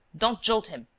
don't jolt him.